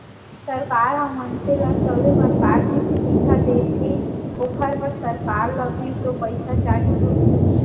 सरकार ह मनसे ल सबे परकार के सुबिधा देथे ओखर बर सरकार ल भी तो पइसा चाही होथे